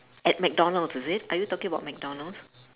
at mcdonald's is it are you talking about mcdonald's